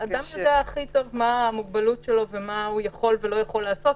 אבל האדם יודע הכי טוב מה המוגבלות שלו ומה הוא יכול או לא יכול לעשות,